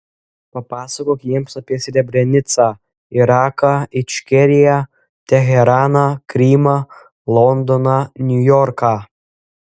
papasakok jiems apie srebrenicą iraką ičkeriją teheraną krymą londoną niujorką